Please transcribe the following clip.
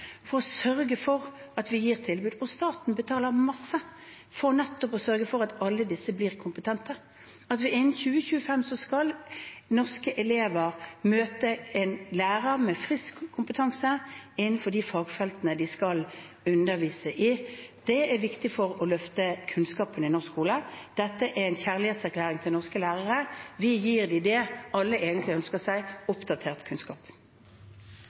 sørge for at man gir tilbud. Staten betaler masse for nettopp å sørge for at alle disse blir kompetente, at innen 2025 skal norske elever møte lærere med frisk kompetanse innenfor de fagfeltene de skal undervise i. Det er viktig for å løfte kunnskapen i norsk skole. Dette er en kjærlighetserklæring til norske lærere. Vi gir dem det alle egentlig ønsker seg: oppdatert kunnskap.